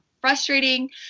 frustrating